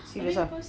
serious ah